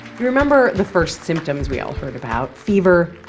you remember the first symptoms we all heard about fever,